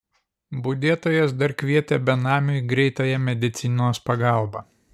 budėtojas dar kvietė benamiui greitąją medicinos pagalbą